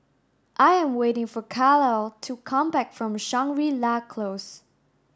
I am waiting for Carlisle to come back from Shangri La Close